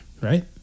right